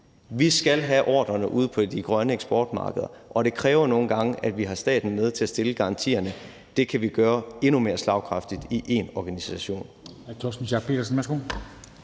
Vi skal have ordrerne ude på de grønne eksportmarkeder, og det kræver nogle gange, at vi har staten med til at stille garantierne. Det kan vi gøre endnu mere slagkraftigt med én organisation.